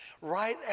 right